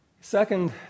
Second